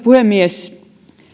puhemies